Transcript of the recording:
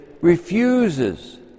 refuses